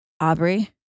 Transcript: Aubrey